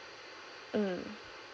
mm